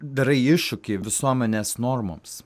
darai iššūkį visuomenės normoms